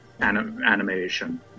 animation